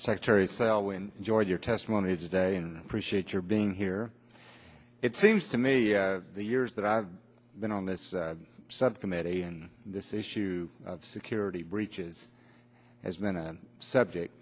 secretary selwyn enjoyed your testimony today and appreciate your being here it seems to me the years that i've been on this subcommittee and this issue of security breaches has been a subject